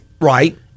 right